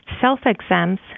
self-exams